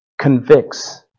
convicts